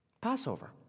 Passover